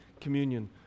communion